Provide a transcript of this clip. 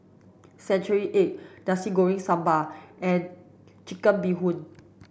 century egg Nasi Goreng Sambal and chicken bee Hoon